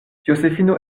josefino